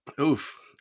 Oof